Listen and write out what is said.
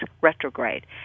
retrograde